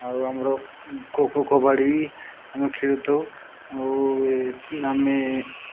ଆଉ ଆମର ଖୋ ଖୋ କବାଡ଼ି ବି ଆମେ ଖେଳିଥାଉ ଆଉ ଆମେ